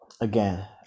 Again